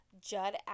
Judd